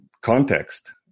Context